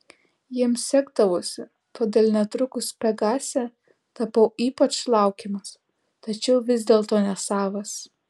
jiems sekdavosi todėl netrukus pegase tapau ypač laukiamas tačiau vis dėlto nesavas